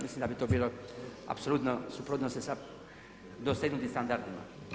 Mislim da bi to bilo apsolutno suprotno sa dosegnutim standardima.